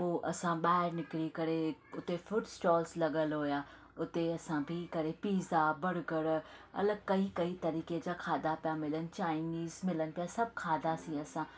पोइ असां ॿाहिरि निकरी करे हुते फ्रूट्स इस्टाल लॻल हुआ हुते असां बिह करे पिज़ा बर्गर अलॻि कई कई तरीक़े जा खाधा पिया मिलनि चाईंनीस पिया मिलनि सभु खाधासीं असां